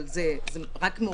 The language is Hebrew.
אבל זה רק מעורר סימן שאלה.